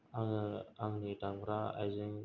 आङो आंनि दामग्रा आइजें